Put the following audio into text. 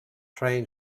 train